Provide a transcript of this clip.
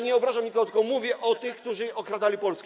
Nie obrażam nikogo, tylko mówię o tych, którzy okradali Polskę.